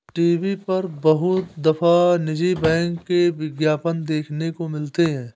TV पर बहुत दफा निजी बैंक के विज्ञापन देखने को मिलते हैं